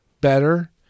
better